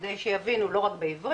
כדי שיבינו לא רק בעברית,